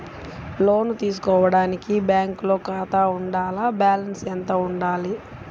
లోను తీసుకోవడానికి బ్యాంకులో ఖాతా ఉండాల? బాలన్స్ ఎంత వుండాలి?